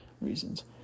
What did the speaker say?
reasons